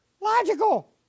logical